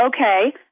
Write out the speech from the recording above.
Okay